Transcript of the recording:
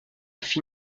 fit